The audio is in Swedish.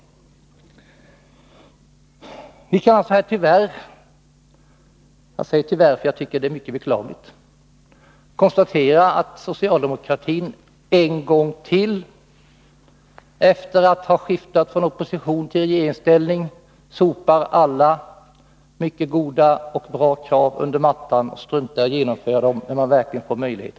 Vi kan tyvärr konstatera — jag säger tyvärr, eftersom jag tycker att det är mycket beklagligt — att socialdemokratin efter att ha kommit från oppositionstill regeringsställning än en gång sopar alla mycket goda förslag under mattan. Man struntar i att förverkliga förslagen, då man får möjlighet att genomföra dem.